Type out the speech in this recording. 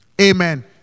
Amen